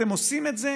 ואתם עושים את זה